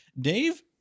Dave